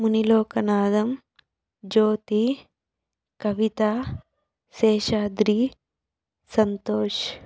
Muni Lokanatham Jyothi Kavitha Seshadri Santosh